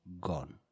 gone